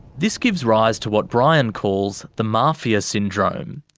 this gives rise to what brian calls the mafia syndrome.